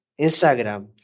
instagram